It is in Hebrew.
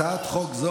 הצעת חוק זו